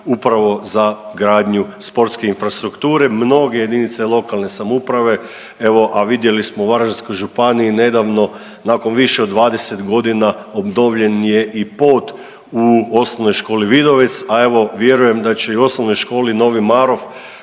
upravo za gradnju sportske infrastrukture. Mnoge jedinice lokalne samouprave evo, a vidjeli smo u Varaždinskoj županiji nedavno nakon više od 20 godina obnovljen je i pod u Osnovnoj školi Vidovec, a evo vjerujem da će i u Osnovnoj školi Novi Marof